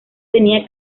tenía